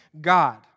God